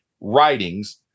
writings